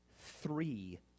three